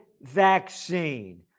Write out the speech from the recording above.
vaccine